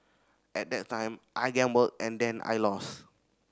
at that time I gambled and then I lost